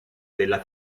della